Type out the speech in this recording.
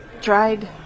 tried